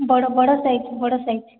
ବଡ଼ ବଡ଼ ସାଇଜ ବଡ଼ ସାଇଜ